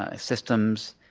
ah systems